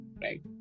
right